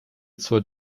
zur